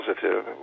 positive